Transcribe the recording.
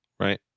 Right